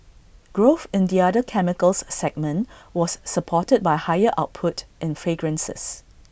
growth in the other chemicals segment was supported by higher output in fragrances